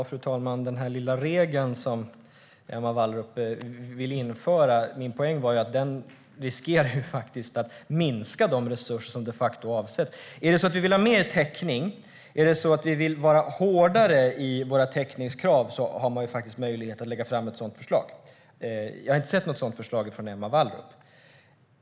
Fru talman! Den lilla regel som Emma Wallrup vill införa riskerar de facto att minska resurserna, vilket var min poäng. Är det så att vi vill ha mer täckning och vara hårdare i våra täckningskrav finns möjligheten att lägga fram ett sådant förslag. Jag har inte sett något sådant förslag från Emma Wallrup.